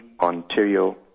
Ontario